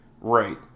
Right